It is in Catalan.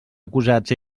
acusats